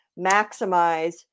maximize